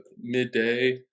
midday